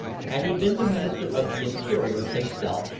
had he been the minister of the interior himself,